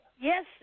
Yes